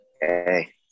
hey